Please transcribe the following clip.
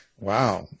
Wow